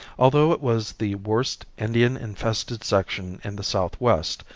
although it was the worst indian infested section in the southwest,